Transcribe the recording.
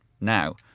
now